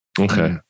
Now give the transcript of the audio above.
Okay